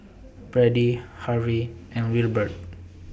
Brady Harve and Wilbert